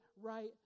right